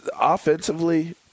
offensively